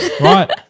right